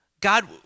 God